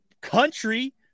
country